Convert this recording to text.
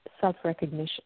self-recognition